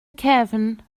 cefn